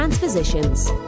Transpositions